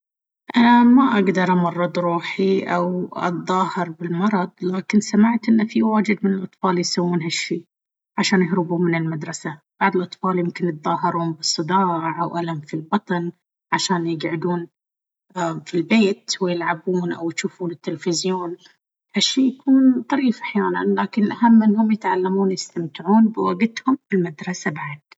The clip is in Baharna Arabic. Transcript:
أنا ما أقدر أمرض روحي أو أتظاهر بالمرض، لكن سمعت إن في واجد من الأطفال يسوون هالشيء عشان يهربون من المدرسة. بعض الأطفال يمكن يتظاهرون بالصداع أو ألم في البطن عشان يقعدون في البيت ويلعبون أو يجوفون التلفزيون. هالشيء يكون طريف أحيانًا، لكن الأهم إنهم يتعلمون ويستمتعون بوقتهم في المدرسة بعد.